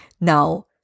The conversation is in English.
Now